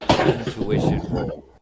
intuition